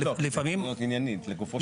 היא עניינית, לגופו של עניין.